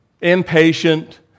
Impatient